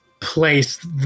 place